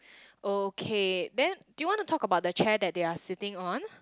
okay then do you wanna talk about the chair that they're sitting on